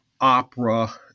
opera